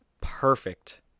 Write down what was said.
perfect